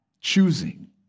Choosing